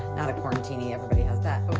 not a quarantini. everybody has that. but.